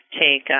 take